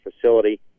facility